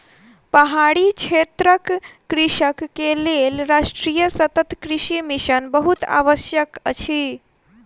पहाड़ी क्षेत्रक कृषक के लेल राष्ट्रीय सतत कृषि मिशन बहुत आवश्यक अछि